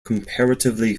comparatively